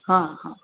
हाँ हाँ